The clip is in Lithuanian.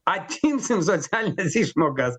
atimsim socialines išmokas